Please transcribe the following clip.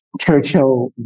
Churchill